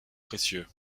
précieux